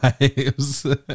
lives